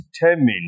determined